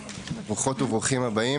ברוכות וברוכים הבאים,